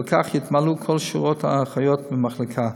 ובכך יתמלאו כל שורות האחיות במחלקה.